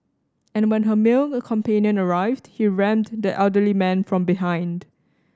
and when her male companion arrived he rammed the elderly man from behind